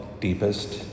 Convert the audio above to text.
deepest